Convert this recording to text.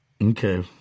Okay